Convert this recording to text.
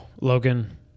Logan